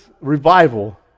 revival